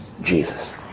Jesus